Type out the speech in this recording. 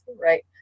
right